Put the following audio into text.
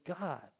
God